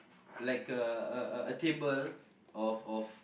like a a a table of of